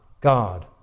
God